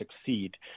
succeed